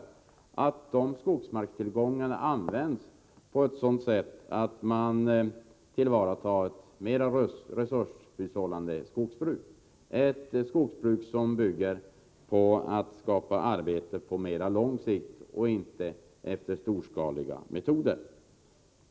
Det är viktigt att dessa skogsmarkstillgångar används i ett mera resurshushållande skogsbruk, ett skogsbruk som bygger på att skapa arbete på mera lång sikt och som inte drivs efter storskaliga metoder.